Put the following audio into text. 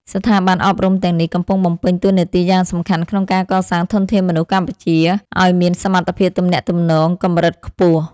ស្ថាប័នអប់រំទាំងនេះកំពុងបំពេញតួនាទីយ៉ាងសំខាន់ក្នុងការកសាងធនធានមនុស្សកម្ពុជាឱ្យមានសមត្ថភាពទំនាក់ទំនងកម្រិតខ្ពស់។